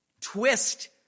twist